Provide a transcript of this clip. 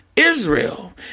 Israel